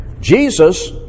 Jesus